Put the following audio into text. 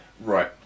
Right